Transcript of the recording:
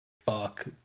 fuck